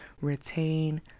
Retain